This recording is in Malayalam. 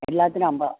എല്ലാറ്റിനും അമ്പത്